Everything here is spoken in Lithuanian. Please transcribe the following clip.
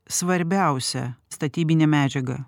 svarbiausia statybinė medžiaga